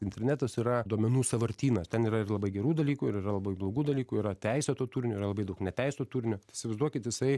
internetas yra duomenų sąvartynas ten yra ir labai gerų dalykų ir yra labai blogų dalykų yra teisėto turinio yra labai daug neteisėto turinio įsivaizduokit jisai